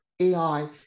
AI